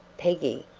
peggy,